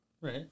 Right